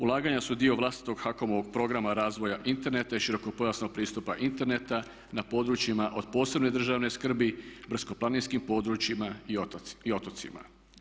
Ulaganja su dio vlastitog HAKOM-ovog programa razvoja interneta i širokopojasnog pristupa interneta na područjima od posebne državne skrbi, brdsko-planinskim područjima i otocima.